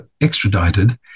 extradited